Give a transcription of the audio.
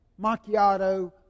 macchiato